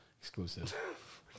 exclusive